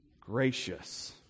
gracious